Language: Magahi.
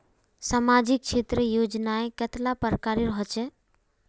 सामाजिक क्षेत्र योजनाएँ कतेला प्रकारेर होचे?